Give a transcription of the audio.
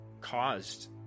caused